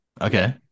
Okay